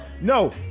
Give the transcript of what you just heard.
No